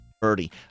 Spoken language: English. Birdie